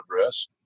address